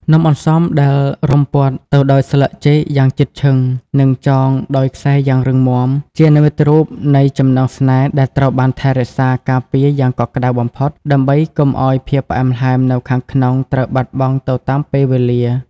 នំអន្សមដែលរុំព័ទ្ធទៅដោយស្លឹកចេកយ៉ាងជិតឈឹង និងចងដោយខ្សែយ៉ាងរឹងមាំ ជានិមិត្តរូបនៃចំណងស្នេហ៍ដែលត្រូវបានថែរក្សាការពារយ៉ាងកក់ក្ដៅបំផុត ដើម្បីកុំឱ្យភាពផ្អែមល្ហែមនៅខាងក្នុងត្រូវបាត់បង់ទៅតាមពេលវេលា។